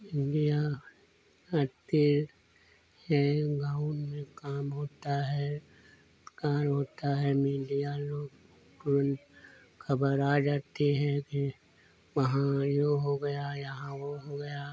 media आती है यह गाँव में काम होता है कार होता है मीडिया लोग तुरंत खबर आ जाती है कि वहाँ यह हो गया यहाँ वह हो गया